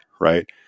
right